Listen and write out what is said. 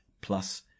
plus